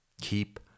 keep